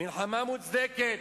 מלחמה מוצדקת.